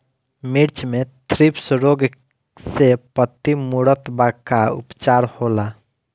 मिर्च मे थ्रिप्स रोग से पत्ती मूरत बा का उपचार होला?